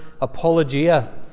apologia